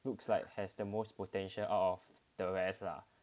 looks like has the most potential out of the rest lah